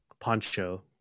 poncho